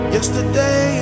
Yesterday